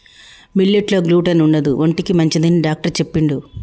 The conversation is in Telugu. మిల్లెట్ లో గ్లూటెన్ ఉండదు ఒంటికి మంచిదని డాక్టర్ చెప్పిండు